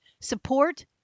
support